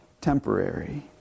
temporary